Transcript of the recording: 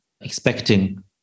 expecting